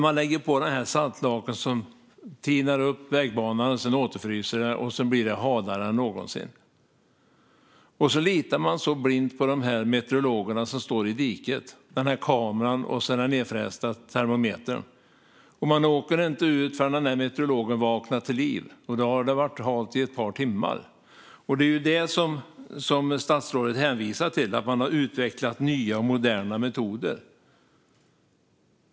Man lägger på saltlaken som tinar upp vägbanan. Sedan återfryser det, och vägen blir halare än någonsin. Man litar också blint på de där meteorologerna som står i diket - kameran och den nedfrästa termometern. Och man åker inte ut förrän den meteorologen har vaknat till liv. Då har det varit halt i ett par timmar. Det är det som statsrådet hänvisar till när han säger att man "har utvecklat nya, moderna metoder".